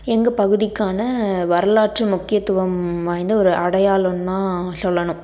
எங்கள் பகுதிக்கான வரலாற்று முக்கியத்துவம் வாய்ந்த ஒரு அடையாளம் தான் சொல்லணும்